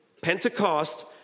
Pentecost